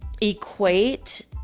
equate